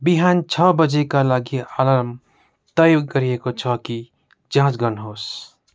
बिहान छ बजेका लागि अलार्म तय गरिएको छ कि जाँच गर्नुहोस्